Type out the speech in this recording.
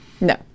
No